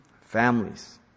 families